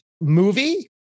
movie